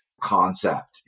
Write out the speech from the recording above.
concept